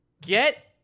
get